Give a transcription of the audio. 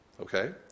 Okay